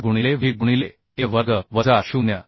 5 गुणिले W गुणिले वर्ग वजा 0